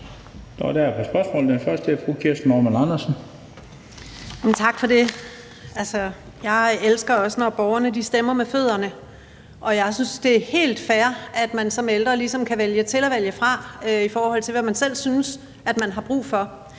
Andersen. Kl. 13:24 Kirsten Normann Andersen (SF): Tak for det. Jeg elsker, når borgerne stemmer med fødderne, og jeg synes, det er helt fair, at man som ældre ligesom kan vælge til og vælge fra, i forhold til hvad man selv synes man har brug for.